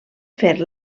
fer